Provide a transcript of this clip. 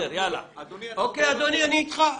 אוקי אדוני, אני אתך.